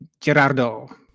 Gerardo